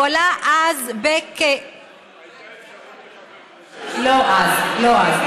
הוא עלה אז, לא אז, לא אז.